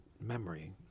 memory